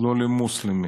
לא למוסלמי,